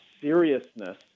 seriousness